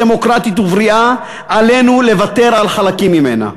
דמוקרטית ובריאה עלינו לוותר על חלקים ממנה.